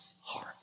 heart